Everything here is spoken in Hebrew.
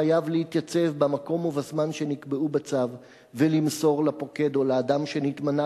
חייב להתייצב במקום ובזמן שנקבעו בצו ולמסור לפוקד או לאדם שנתמנה